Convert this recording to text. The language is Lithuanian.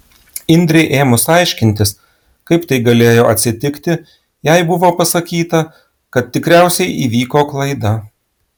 indrei ėmus aiškintis kaip tai galėjo atsitikti jai buvo pasakyta kad tikriausiai įvyko klaida